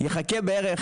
יחכה בערך